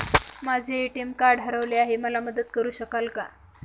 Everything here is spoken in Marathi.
माझे ए.टी.एम कार्ड हरवले आहे, मला मदत करु शकाल का?